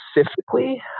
specifically